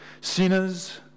sinners